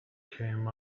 came